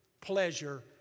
pleasure